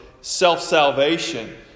self-salvation